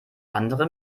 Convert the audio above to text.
andere